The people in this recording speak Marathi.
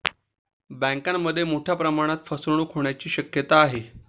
बँकांमध्ये मोठ्या प्रमाणात फसवणूक होण्याची शक्यता आहे